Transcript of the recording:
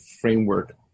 framework